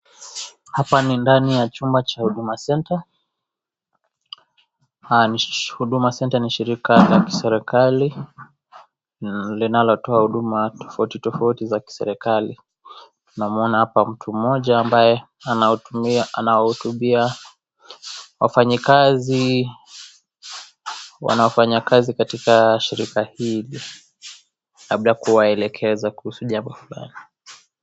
Hapa ni ndani ya chumba cha Huduma Center. Huduma Center ni shirika la kiserikari, linalotoa huduma ni tofauti tofauti za kiserikari. Tunamuona hapa mtu mmoja ambaye anawahutubia wafanyikazi wanafanya kazi katika shirika hili. Labda kuwaelekeza kuhusu jambo fulani.